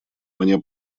мне